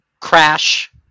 Crash